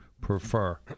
prefer